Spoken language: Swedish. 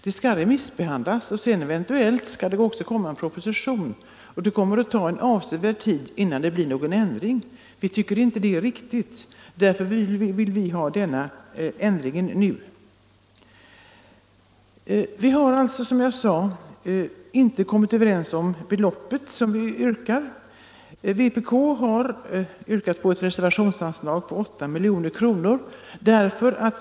Sedan skall det remissbehandlas innan eventuellt en proposition läggs fram. Det kommer att ta en avsevärd tid innan det blir någon ändring. Vi tycker inte att det är riktigt, och därför vill vi ha denna ändring nu. Vi har alltså inte kommit överens om beloppet. Vpk yrkar på ett reservationsanslag på 8 milj.kr.